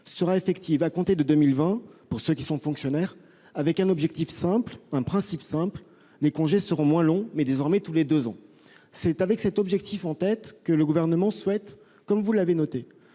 sera effective à compter de 2020 pour ceux qui sont fonctionnaires, avec un principe simple : les congés seront moins longs, mais désormais tous les deux ans ». C'est avec cet objectif en tête que le Gouvernement souhaite, comme vous l'avez noté,